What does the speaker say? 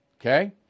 okay